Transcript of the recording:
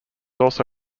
also